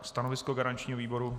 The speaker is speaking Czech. Stanovisko garančního výboru?